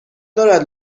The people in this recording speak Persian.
دارد